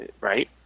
right